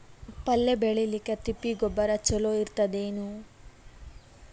ಪಲ್ಯ ಬೇಳಿಲಿಕ್ಕೆ ತಿಪ್ಪಿ ಗೊಬ್ಬರ ಚಲೋ ಇರತದೇನು?